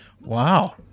Wow